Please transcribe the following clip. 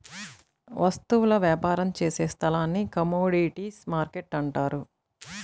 వస్తువుల వ్యాపారం చేసే స్థలాన్ని కమోడీటీస్ మార్కెట్టు అంటారు